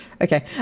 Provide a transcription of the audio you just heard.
Okay